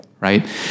right